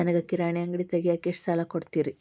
ನನಗ ಕಿರಾಣಿ ಅಂಗಡಿ ತಗಿಯಾಕ್ ಎಷ್ಟ ಸಾಲ ಕೊಡ್ತೇರಿ?